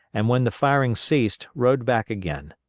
and when the firing ceased rode back again.